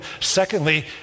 Secondly